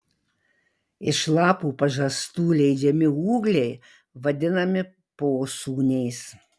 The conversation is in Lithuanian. iš lapų pažastų leidžiami ūgliai vadinami posūniais